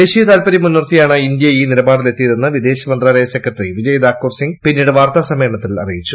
ദേശീയ താൽപ്പര്യം മുൻനിർത്തിയാണ് ഇന്ത്യ ഈ നിലപാടിലെത്തിയതെന്ന് വിദേശ മന്ത്രാലയ സെക്രട്ടറി വിജീയ് ്താക്കൂർ സിങ് പിന്നീട് വാർത്താ സമ്മേളനത്തിൽ അറിയിച്ചു